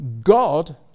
God